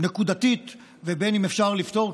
נקודתית ובין שאפשר לפתור,